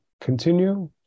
continue